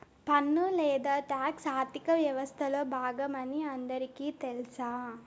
పన్ను లేదా టాక్స్ ఆర్థిక వ్యవస్తలో బాగమని అందరికీ తెల్స